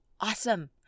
awesome